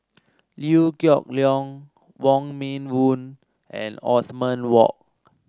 Liew Geok Leong Wong Meng Voon and Othman Wok